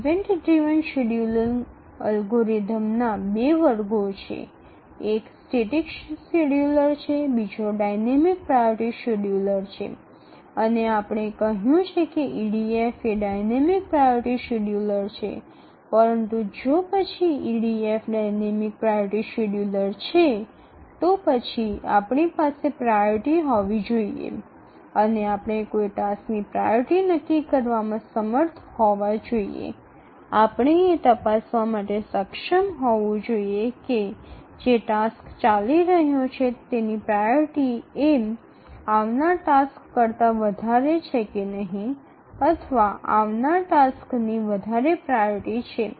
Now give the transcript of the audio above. event driven scheduler algorithm ના ૨ વર્ગો છે એક સ્ટેટિક શેડ્યુલર છે બીજો ડાયનેમિક પ્રાયોરિટી શેડ્યૂલર છે અને આપણે કહ્યું છે કે ઇડીએફ એ ડાયનેમિક પ્રાયોરિટી શેડ્યૂલર છે પરંતુ પછી જો ઇડીએફ ડાયનેમિક પ્રાયોરિટી શેડ્યૂલર છે તો પછી આપની પાસે પ્રાયોરિટી હોવી જોઈએ અને આપણે કોઈ ટાસ્કની પ્રાયોરિટી નક્કી કરવામાં સમર્થ હોવા જોઈએ આપણે એ તપાસવા માટે સક્ષમ હોવું જોઈએ કે જે ટાસ્ક ચાલી રહ્યો છે તેની પ્રાયોરિટી એ આવનાર ટાસ્ક કરતા વધારે છે કે નહીં અથવા આવનાર ટાસ્કણી વધારે પ્રાયોરિટી છે